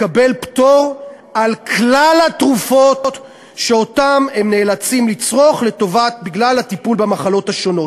לקבל פטור על כלל התרופות שהם נאלצים לצרוך בגלל הטיפול במחלות השונות.